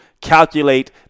calculate